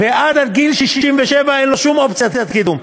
ועד גיל 67 אין לו שום אופציית קידום.